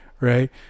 right